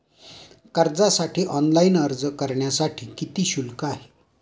कर्जासाठी ऑनलाइन अर्ज करण्यासाठी किती शुल्क आहे?